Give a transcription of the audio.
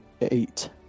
eight